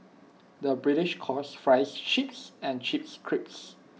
the British calls Fries Chips and Chips Crisps